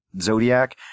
zodiac